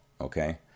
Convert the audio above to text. Okay